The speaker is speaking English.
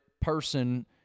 person